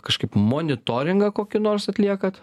kažkaip monitoringą kokį nors atliekat